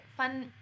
Fun